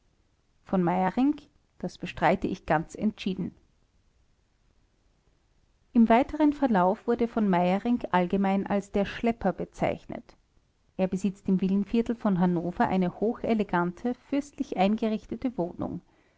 v m das bestreite ich ganz entschieden im weiteren verlauf wurde v meyerinck allgemein als der schlepper bezeichnet er besitzt im villenviertel von hannover eine hochelegante fürstlich eingerichtete wohnung